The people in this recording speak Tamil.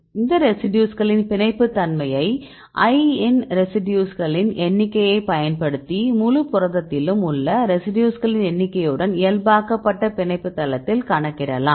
இந்த ரெசிடியூஸ்களின் பிணைப்புத் தன்மையை "i" இன் ரெசிடியூஸ்களின் எண்ணிக்கையைப் பயன்படுத்தி முழு புரதத்திலும் உள்ள ரெசிடியூஸ்களின் எண்ணிக்கையுடன் இயல்பாக்கப்பட்ட பிணைப்பு தளத்தில் கணக்கிடலாம்